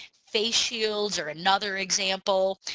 face shields are another example.